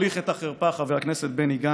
מצב החירום האמיתי נובע מהכישלון החרוץ של